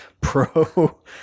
pro